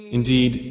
indeed